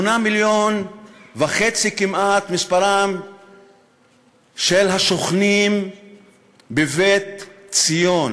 8.5 מיליון, כמעט, מספרם של השוכנים בבית ציון